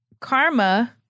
Karma